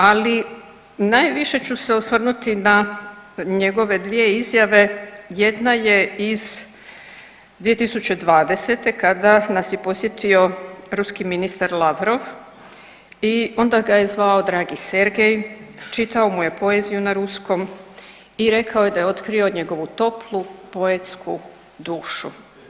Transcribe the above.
Ali najviše ću se osvrnuti na njegove dvije izjave, jedna je iz 2020. kada nas je posjetio ruski ministar Lavrov i onda ga je zvao dragi Sergej, čitao mu je poeziju na ruskom i rekao je da otkrio njegovu toplu poetsku dušu.